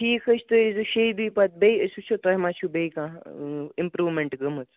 ٹھیٖک حظ چھُ تُہۍ یی زیٚو شیےٚ دۄہہٕ پَتہٕ بییٛہِ ٲسۍ وُچھو تۄہہِ ما چھِو بییٛہِ کانہہ اِمپرومنٹ گٔمٕژ